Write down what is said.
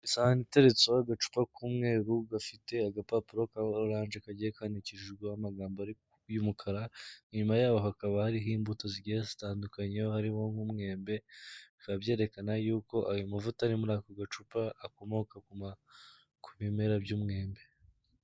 Isahani iteretseho agacupa k'umweru gafite agapapuro ka oranje kagiye kandikishijweho amagambo y'umukara, inyuma yaho hakaba hariho imbuto zigiye zitandukanye hariho nk'umwembe, bikaba byerekana yuko ayo mavuta ari muri ako gacupa akomoka ku bimera by'umwembe.